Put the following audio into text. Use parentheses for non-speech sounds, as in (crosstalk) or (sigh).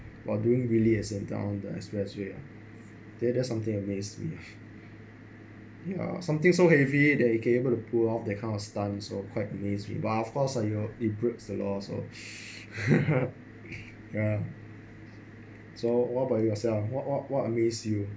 while doing wheelie as in down the expressway ah that's something amaze me something so heavy that can able to pull off that kind of stunt also quite amaze me but of course ah you know it breaks the laws lor (laughs) ya so what about yourself what what what amaze you